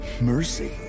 Mercy